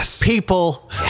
people